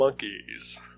Monkeys